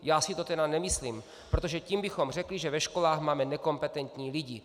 Já si to tedy nemyslím, protože tím bychom řekli, že ve školách máme nekompetentní lidi.